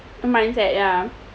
mindset ya